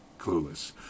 clueless